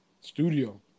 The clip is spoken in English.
studio